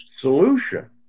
solution